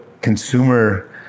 consumer